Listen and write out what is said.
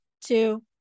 two